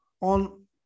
on